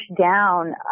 down